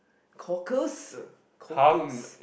cockles cockles